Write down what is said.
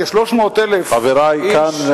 כ-300,000 איש חברי כאן,